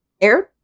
aired